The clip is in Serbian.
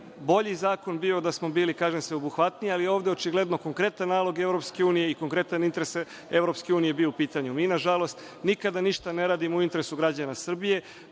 bi zakon bio da smo bili sveobuhvatniji, ali, ovde je očigledno konkretan nalog Evropske unije i konkretan interes Evropske unije bio u pitanju. Mi, nažalost, nikada ništa ne radimo u interesu građana Srbije,